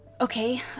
Okay